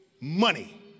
money